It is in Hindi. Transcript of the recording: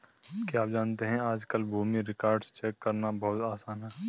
क्या आप जानते है आज कल भूमि रिकार्ड्स चेक करना बहुत आसान है?